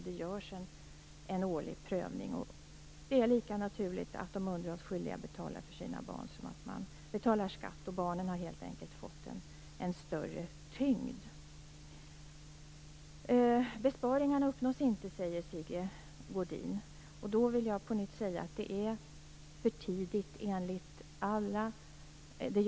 Det görs en årlig prövning, och det är lika naturligt att de underhållsskyldiga betalar för sina barn som att man betalar skatt. Barnen har helt enkelt fått en större tyngd. Besparingarna uppnås inte, säger Sigge Godin. Då vill jag på nytt säga att det är för tidigt att säga det.